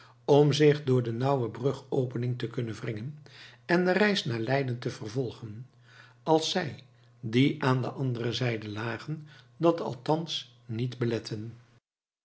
om zich door de nauwe brugopening te kunnen wringen en de reis naar leiden te vervolgen als zij die aan de andere zijde lagen dat althans niet belett'en